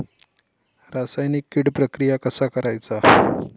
रासायनिक कीड प्रक्रिया कसा करायचा?